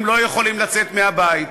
הם לא יכולים לצאת מהבית,